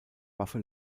waffe